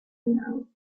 now